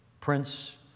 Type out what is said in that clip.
Prince